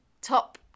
top